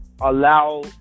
allow